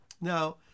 Now